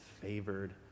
favored